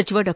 ಸಚಿವ ಡಾ